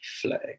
flag